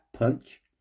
punch